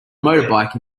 motorbike